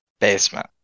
basement